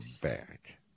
back